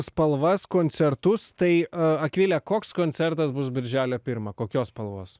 spalvas koncertus tai akvile koks koncertas bus birželio pirmą kokios spalvos